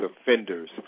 offenders